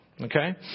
Okay